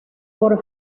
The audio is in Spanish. por